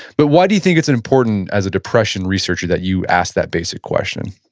but why do you think it's important as a depression researcher that you ask that basic question?